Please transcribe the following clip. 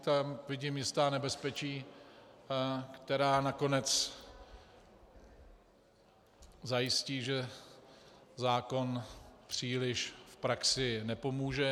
Tam vidím jistá nebezpečí, která nakonec zajistí, že zákon příliš v praxi nepomůže.